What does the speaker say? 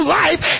life